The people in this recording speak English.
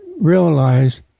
realize